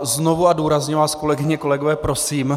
Znovu a důrazně vás, kolegyně a kolegové, prosím.